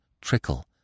trickle